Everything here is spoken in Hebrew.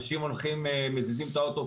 אנשים מזיזים את האוטו,